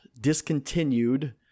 discontinued